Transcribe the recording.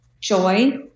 joy